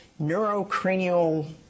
neurocranial